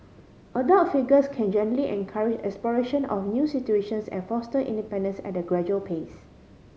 adult figures can gently encourage exploration of new situations and foster independence at a gradual pace